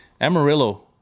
Amarillo